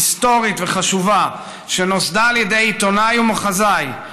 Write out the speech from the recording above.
היסטורית וחשובה שנוסדה על ידי עיתונאי ומחזאי,